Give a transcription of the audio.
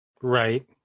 Right